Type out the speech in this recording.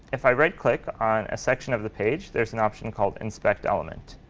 if i right click on a section of the page, there's an option called inspect element.